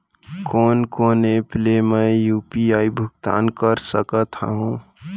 कोन कोन एप ले मैं यू.पी.आई भुगतान कर सकत हओं?